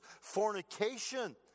fornication